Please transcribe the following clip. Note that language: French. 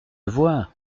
vois